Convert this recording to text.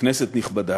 כנסת נכבדה,